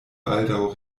baldaŭ